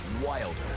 wilder